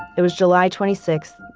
it was july twenty six,